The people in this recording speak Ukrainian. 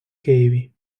києві